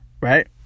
right